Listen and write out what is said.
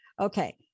Okay